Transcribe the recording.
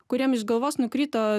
kuriem iš galvos nukrito